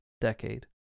decade